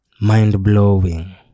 Mind-blowing